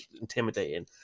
intimidating